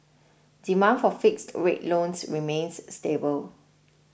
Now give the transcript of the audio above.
demand for fixed rate loans remains stable